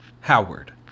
Howard